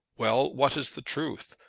well what is the truth?